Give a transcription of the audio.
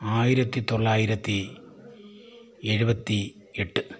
ആയിരത്തി തൊള്ളായിരത്തി എഴുപത്തി എട്ട്